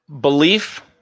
Belief